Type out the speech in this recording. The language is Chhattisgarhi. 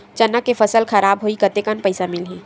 चना के फसल खराब होही कतेकन पईसा मिलही?